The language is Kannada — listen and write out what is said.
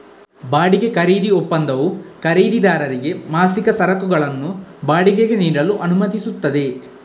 ಬಾಡಿಗೆ ಖರೀದಿ ಒಪ್ಪಂದವು ಖರೀದಿದಾರರಿಗೆ ಮಾಸಿಕ ಸರಕುಗಳನ್ನು ಬಾಡಿಗೆಗೆ ನೀಡಲು ಅನುಮತಿಸುತ್ತದೆ